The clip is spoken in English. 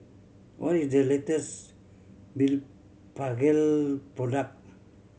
what is the latest Blephagel product